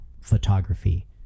photography